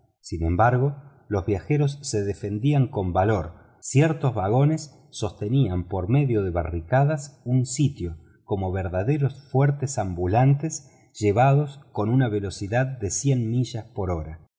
sin embargo los viajeros se defendían con valor ciertos vagones sostenían por medio de barricadas un sitio como verdaderos fuertes ambulantes llevados con una velocidad de cien millas por hora